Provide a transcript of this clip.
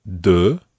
de